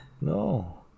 no